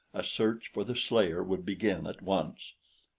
a search for the slayer would begin at once.